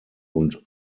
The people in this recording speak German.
und